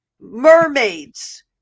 mermaids